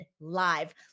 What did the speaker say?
live